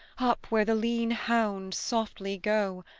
up where the lean hounds softly go,